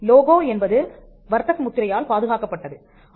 logo என்பது வர்த்தக முத்திரையால் பாதுகாக்கப்பட்டது